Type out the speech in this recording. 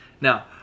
now